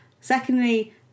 Secondly